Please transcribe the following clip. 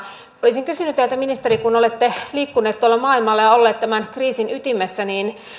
olisin kysynyt teiltä ministeri kun olette liikkunut tuolla maailmalla ja ollut tämän kriisin ytimessä